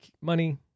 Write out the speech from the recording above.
money